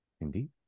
Indeed